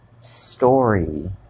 story